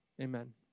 amen